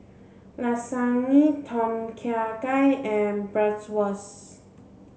Lasagne Tom Kha Gai and Bratwurst